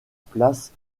place